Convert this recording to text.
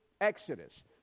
exodus